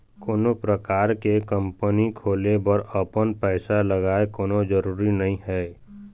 कोनो परकार के कंपनी खोले बर अपन पइसा लगय कोनो जरुरी नइ हे